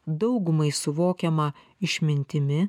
daugumai suvokiama išmintimi